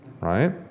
right